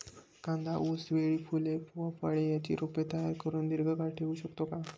कांदा, ऊस, केळी, फूले व फळे यांची रोपे तयार करुन दिर्घकाळ ठेवू शकतो का?